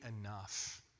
enough